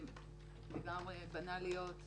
כרגע כל מה שאני אגבה זה בתקרת הריבית.